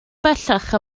bellach